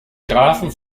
grafen